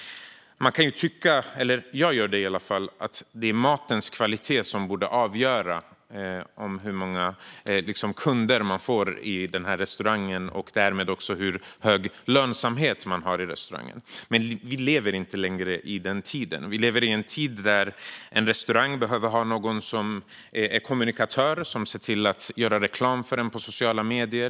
Det kan tyckas - jag gör det i alla fall - att det är matens kvalitet som bör avgöra hur många kunder restaurangen får och därmed också hur hög restaurangens lönsamhet blir, men den tiden lever vi inte längre i. Vi lever i en tid där en restaurang behöver ha någon som är kommunikatör och som ser till att det görs reklam för restaurangen på sociala medier.